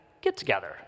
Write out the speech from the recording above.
get-together